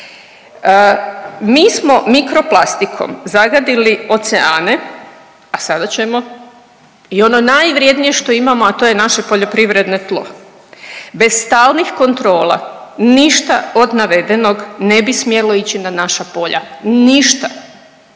Mi smo mikro plastikom zagadili oceane, a sada ćemo i ono najvrijednije što imamo, a to je naše poljoprivredno tlo. Bez stalnih kontrola ništa od navedenog ne bi smjelo ići na naša polja, ništa,